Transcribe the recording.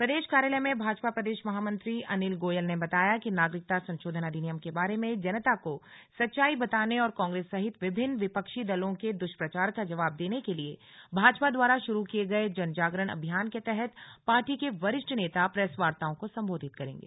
प्रदेश कार्यालय में भाजपा प्रदेश महामंत्री अनिल गोयल ने बताया कि नागरिकता संशोधन अधिनियम के बारे में जनता को सच्चाई बताने और कांग्रेस सहित विभिन्न विपक्षी दलों के दुष्प्रचार का जवाब देने के लिए भाजपा द्वारा शुरू किए गए जन जागरण अभियान के तहत पार्टी के वरिष्ठ नेता प्रेस वार्ताओं को संबोधित करेंगे